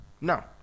No